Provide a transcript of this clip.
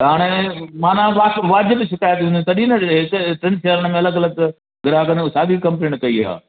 त हाणे माना वाजि वाजिबु शिकायति हूंदियूं तॾहिं न एतर एतिरनि शहरनि में अलॻि अलॻि ग्राहकनि साॻियूं कंपलेन कयी आहे